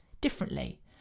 differently